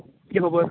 कितें खबर